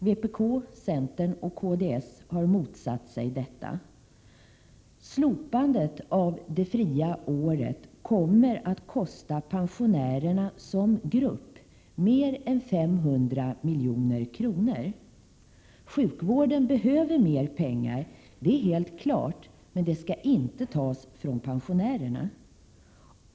Vpk, centern och kds har motsatt sig detta. Slopandet av det fria året kommer att kosta pensionärerna som grupp mer än 500 milj.kr. Sjukvården behöver mer pengar, det är helt klart, men de skall inte tas från pensionärerna.